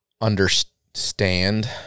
understand